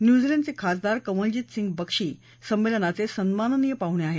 न्यूझीलंडचे खासदार कंवलंजीत सिंग बक्षी संमेलनाचे सन्माननीय पाहुणे आहेत